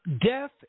Death